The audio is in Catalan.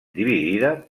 dividida